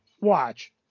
watch